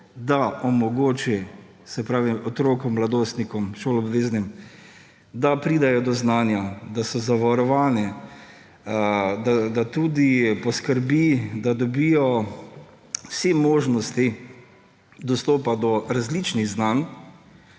da omogoči otrokom, mladostnikom, šoloobveznim, da pridejo do znanja, da so zavarovani, da tudi poskrbi, da dobijo vse možnosti dostopa do različnih znanj.